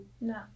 No